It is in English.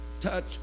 touch